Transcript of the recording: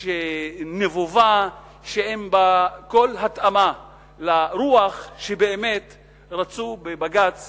נבובה, שאין בה כל התאמה לרוח שבאמת רצו בבג"ץ